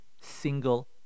single